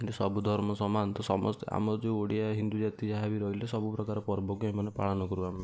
ସବୁ ଧର୍ମ ସମାନ ତ ସମସ୍ତେ ଆମର ଯେଉଁ ଓଡ଼ିଆ ହିନ୍ଦୁ ଜାତି ଯାହା ବି ରହିଲେ ସବୁ ପ୍ରକାର ପର୍ବକୁ ଏମାନେ ପାଳନ କରୁ ଆମେ ମାନେ